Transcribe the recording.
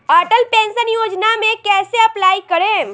Atal pension Yojana मे कैसे apply करेम?